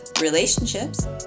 relationships